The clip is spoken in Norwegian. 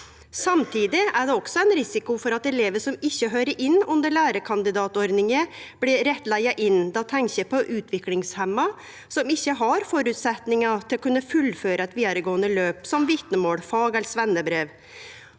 Samtidig er det også ein risiko for at elevar som ikkje høyrer inn under lærekandidatordninga, blir leia inn. Då tenkjer eg på utviklingshemja som ikkje har føresetnader til å kunne fullføre eit vidaregåande løp som vitnemål, fag- eller sveinebrev.